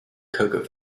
cocoa